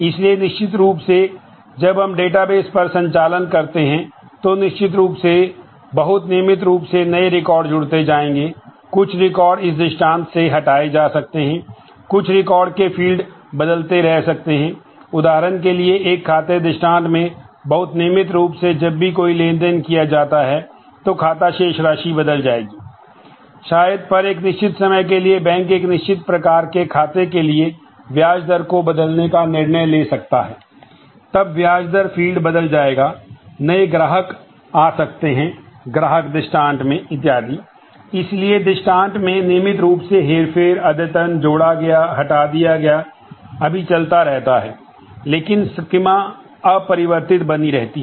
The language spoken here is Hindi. इसलिए निश्चित रूप से जब हम डेटाबेस अपरिवर्तित बनी रहती है